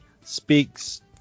speaks